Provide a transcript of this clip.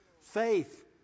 Faith